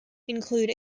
include